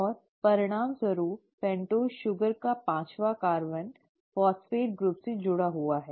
और परिणामस्वरूप pentose sugar का पांचवा कार्बन फॉस्फेट समूह से जुड़ा हुआ है